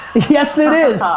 yes it is.